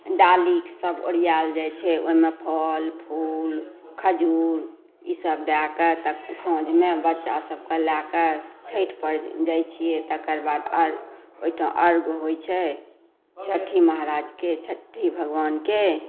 डालीसभ ओरिआयल जाइ छै ओहिमे फल फूल खजुर ई सभ दएकऽ तकर बाद साँझमे बच्चा सभके लए कऽ छठि पर जाइ छियै तकर बाद अर्घ्य ओहिठाम अर्घ्य होइ छै छठि महाराजके छठि भगवानके